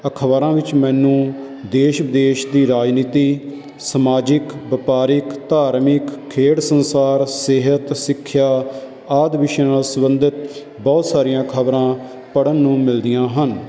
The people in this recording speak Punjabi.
ਅਖਬਾਰਾਂ ਵਿੱਚ ਮੈਨੂੰ ਦੇਸ਼ ਵਿਦੇਸ਼ ਦੀ ਰਾਜਨੀਤੀ ਸਮਾਜਿਕ ਵਪਾਰਿਕ ਧਾਰਮਿਕ ਖੇਡ ਸੰਸਾਰ ਸਿਹਤ ਸਿੱਖਿਆ ਆਦਿ ਵਿਸ਼ਿਆਂ ਨਾਲ ਸੰਬੰਧਿਤ ਬਹੁਤ ਸਾਰੀਆਂ ਖਬਰਾਂ ਪੜ੍ਹਨ ਨੂੰ ਮਿਲਦੀਆਂ ਹਨ